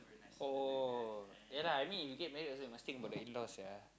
oh ya lah I mean you get married also must think of the in laws sia